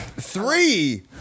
three